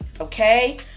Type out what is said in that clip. Okay